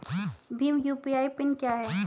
Bhim UPI PIN क्या है?